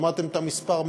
שמעתם את המספר?